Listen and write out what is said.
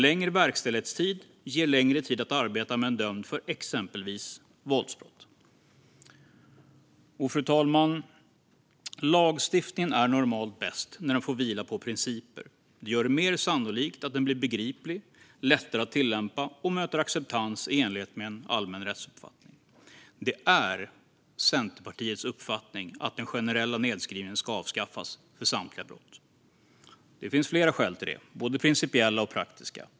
Längre verkställighetstid ger längre tid att arbeta med en dömd för exempelvis våldsbrott. Fru talman! Lagstiftningen är normalt bäst när den får vila på principer. Det gör det mer sannolikt att den blir begriplig, lättare att tillämpa och möter acceptans i enlighet med en allmän rättsuppfattning. Centerpartiets uppfattning är att den generella nedskrivningen ska avskaffas för samtliga brott. Det finns flera skäl till det, både principiella och praktiska.